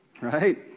right